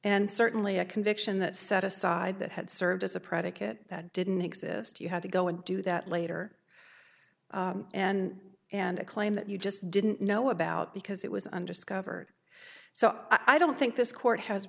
and certainly a conviction that set aside that had served as a predicate that didn't exist you had to go and do that later and and a claim that you just didn't know about because it was undiscovered so i don't think this court has